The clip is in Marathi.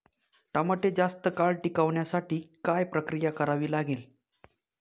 टमाटे जास्त काळ टिकवण्यासाठी काय प्रक्रिया करावी लागेल?